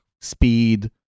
speed